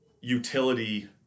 utility